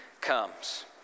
comes